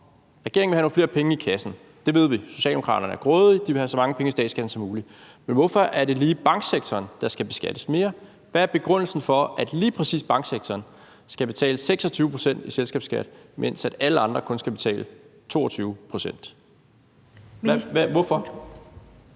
Regeringen vil have nogle flere penge i kassen, det ved vi. Socialdemokraterne er grådige, de vil have så mange penge i statskassen som muligt. Men hvorfor er det lige banksektoren, der skal beskattes mere? Hvad er begrundelsen for, at lige præcis banksektoren skal betale 26 pct. i selskabsskat, mens alle andre kun skal betale 22 pct.? Hvorfor